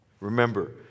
Remember